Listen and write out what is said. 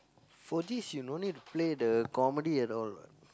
for this you no need play the comedy at all what